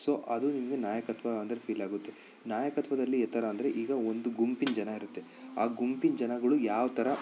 so ಅದು ನಿಮಗೆ ನಾಯಕತ್ವ ಅಂದರೆ ಫೀಲಾಗುತ್ತೆ ನಾಯಕತ್ವದಲ್ಲಿ ಯಾಥರ ಅಂದರೆ ಈಗ ಒಂದು ಗುಂಪಿನ ಜನ ಇರುತ್ತೆ ಆ ಗುಂಪಿನ ಜನಗಳು ಯಾವ ಥರ